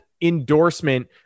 endorsement